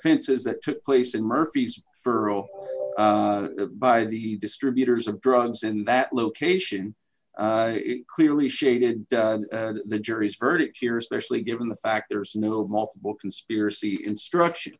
fenses that took place in murphy's parole by the distributors of drugs in that location clearly shaded the jury's verdict here especially given the fact there is no multiple conspiracy instruction